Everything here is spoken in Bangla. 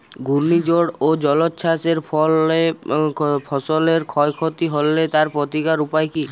ঘূর্ণিঝড় ও জলোচ্ছ্বাস এর ফলে ফসলের ক্ষয় ক্ষতি হলে তার প্রতিকারের উপায় কী?